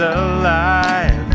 alive